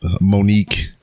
Monique